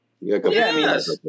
Yes